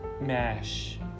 mash